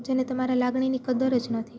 જેને તમારા લાગણીની કદર જ નથી